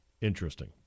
interesting